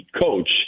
coach